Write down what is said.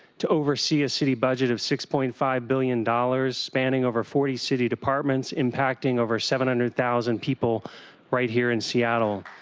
to oversee a city budget of six point five billion dollars spanning over forty city departments impacting over seven hundred thousand people right here in seattle.